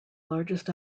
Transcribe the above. largest